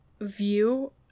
view